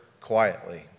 quietly